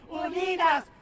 unidas